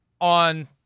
on